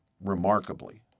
remarkably